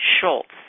Schultz